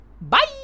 Bye